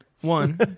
One